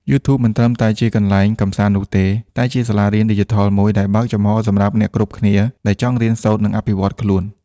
YouTube មិនត្រឹមតែជាកន្លែងកម្សាន្តនោះទេ តែជាសាលារៀនឌីជីថលមួយដែលបើកចំហរសម្រាប់អ្នកគ្រប់គ្នាដែលចង់រៀនសូត្រ និងអភិវឌ្ឍខ្លួន។